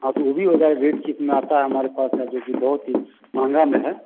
हाँ तो वो भी हो जाए रेट जितना आता है हमारे पास हैं जो कि बहुत ही महँगा में है